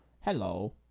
Hello